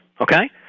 Okay